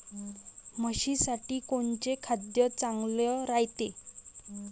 म्हशीसाठी कोनचे खाद्य चांगलं रायते?